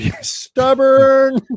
Stubborn